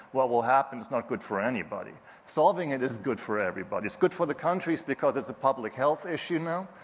what will happen is not good for anybody. solving it is good for everybody. it's good for the countries because it's a public health issue now,